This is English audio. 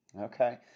Okay